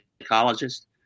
psychologist